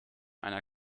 einer